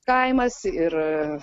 kaimas ir